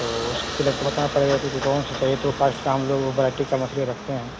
तो उसके लिए आपको बताना पड़ेगा कि कि कौन सा चाहिए तो वो काश्ट का हम लोग वो वेराइटी का मछली रखते हैं